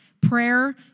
Prayer